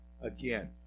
again